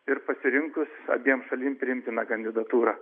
ir pasirinkus abiem šalim priimtiną kandidatūrą